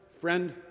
friend